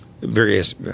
various